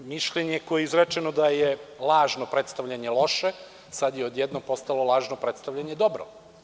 Mišljenje koje je izrečeno da je lažno predstavljanje loše, sad je odjednom postalo lažno predstavljanje dobro.